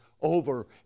over